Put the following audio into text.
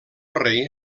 rei